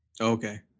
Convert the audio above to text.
Okay